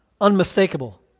unmistakable